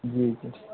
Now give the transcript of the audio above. جی